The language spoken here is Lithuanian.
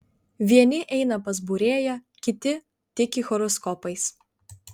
vieni eina pas būrėją kiti tiki horoskopais